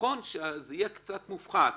נכון שזה יהיה קצת מופחת,